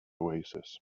oasis